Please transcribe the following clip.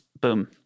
boom